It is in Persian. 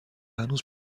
هنوز